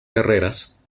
carreras